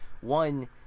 one